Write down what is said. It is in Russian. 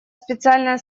специальная